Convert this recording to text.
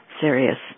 serious